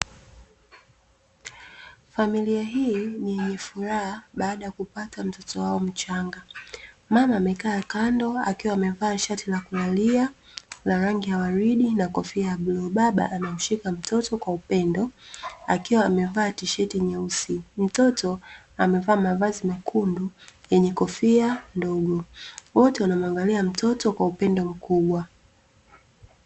Familia hii ni yenye furaha baada ya kupata mtoto wao mchanga. Mama amekaa kando akiwa amevaa shati la kulalia la rangi ya waridi na kofia ya bluu baba amemshika mtoto kwa upendo, akiwa amevaa tisheti nyeusi. Mtoto amevaa mavazi mekundu yenye kofia ndogo wote wanamuangalia mtoto kwa upendo mkubwa.